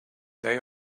they